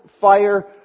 fire